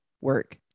work